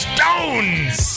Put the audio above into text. Stones